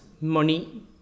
money